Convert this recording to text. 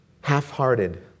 Half-hearted